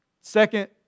Second